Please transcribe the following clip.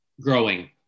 Growing